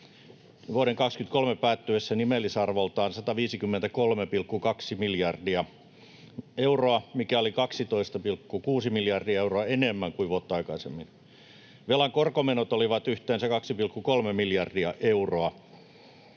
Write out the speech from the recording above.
vuoden 23 päättyessä nimellisarvoltaan 153,2 miljardia euroa, mikä oli 12,6 miljardia euroa enemmän kuin vuotta aikaisemmin. Velan korkomenot olivat yhteensä 2,3 miljardia euroa.